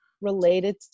related